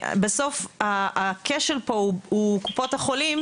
בסוף הכשל פה הוא קופות החולים,